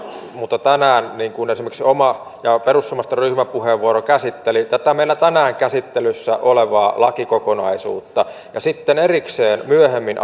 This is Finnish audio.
mutta tänään käsitellään niin kuin esimerkiksi pitämäni perussuomalaisten ryhmäpuheenvuoro käsitteli tätä meillä tänään käsittelyssä olevaa lakikokonaisuutta ja sitten erikseen myöhemmin